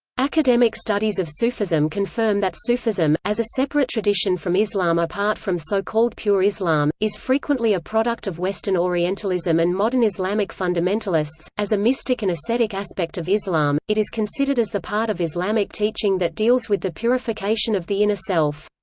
academic studies of sufism confirm that sufism, as a separate tradition from islam apart from so-called pure islam, is frequently a product of western orientalism and modern islamic fundamentalists as a mystic and ascetic aspect of islam, it is considered as the part of islamic teaching that deals with the purification of the inner self.